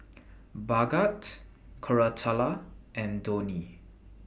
Bhagat Koratala and Dhoni